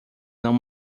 não